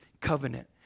covenant